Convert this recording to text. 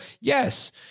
Yes